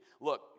look